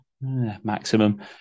maximum